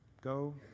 Go